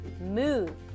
move